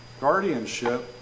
guardianship